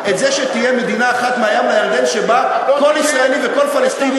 את זה שתהיה מדינה אחת מהים לירדן שבה כל ישראלי וכל פלסטיני,